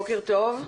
בוקר טוב.